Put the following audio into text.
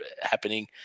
happening